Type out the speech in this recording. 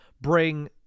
bring